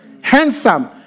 handsome